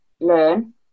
Learn